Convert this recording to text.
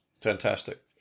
Fantastic